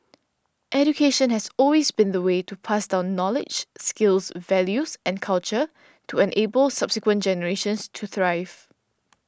education has always been the way to pass down knowledge skills values and culture to enable subsequent generations to thrive